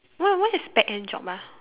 what what is back end job ah